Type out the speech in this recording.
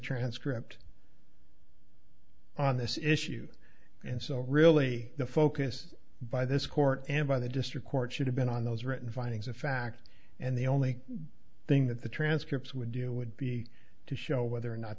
transcript on this issue and so really the focus by this court and by the district court should have been on those written findings of fact and the only thing that the transcripts would do would be to show whether or not